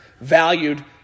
valued